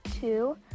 two